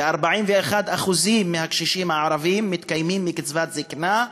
כ-41% מהקשישים הערבים מתקיימים מקצבת זיקנה,